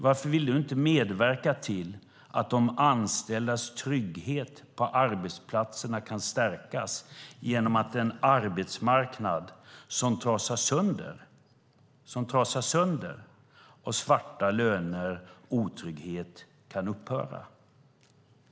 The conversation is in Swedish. Varför vill du inte medverka till att de anställdas trygghet på arbetsplatserna kan stärkas genom att en arbetsmarknad som trasas sönder av svarta löner och otrygghet kan upphöra?